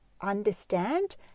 understand